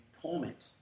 torment